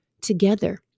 together